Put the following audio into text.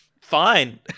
fine